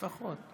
לפחות,